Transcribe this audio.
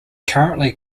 currently